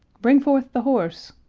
bring forth the horse!